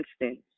instance